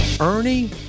Ernie